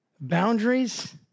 Boundaries